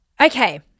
Okay